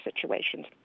situations